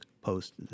post